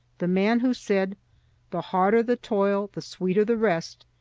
the man who said the harder the toil, the sweeter the rest,